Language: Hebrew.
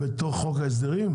בתוך חוק ההסדרים?